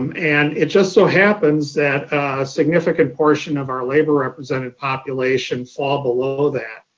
um and it just so happens that a significant portion of our labor representative population fall below that.